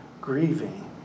grieving